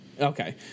Okay